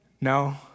No